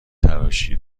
تراشی